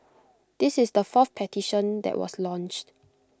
this is the fourth petition that was launched